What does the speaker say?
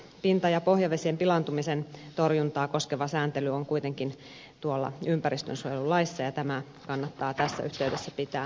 pinta ja pohjavesien pilaantumisen torjuntaa koskeva sääntely on kuitenkin ympäristönsuojelulaissa ja tämä kannattaa tässä yhteydessä pitää mielessä